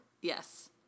Yes